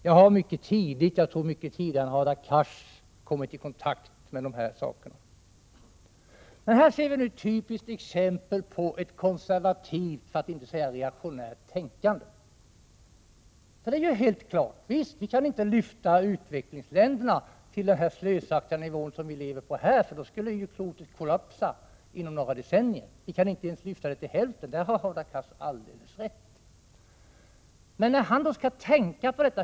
Jag har mycket tidigt — mycket tidigare än Hadar Cars, tror jag — kommit i kontakt med de här problemen. Här ser vi nu ett typiskt exempel på ett konservativt, för att inte säga reaktionärt, tänkande. Naturligtvis kan vi inte lyfta utvecklingsländerna till den slösaktiga nivå som vi själva lever på — då skulle klotet kollapsa inom några decennier. Vi kan inte ens lyfta dem till hälften av vår levnadsstandard — där har Hadar Cars alldeles rätt.